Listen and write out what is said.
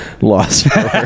lost